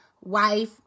wife